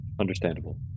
Understandable